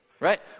right